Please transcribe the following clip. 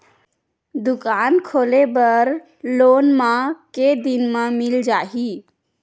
दुकान खोले बर लोन मा के दिन मा मिल जाही?